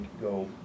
go